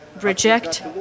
reject